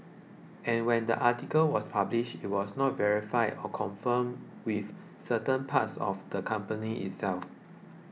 and when the article was published it was not verified or confirmed with certain parts of the company itself